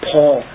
Paul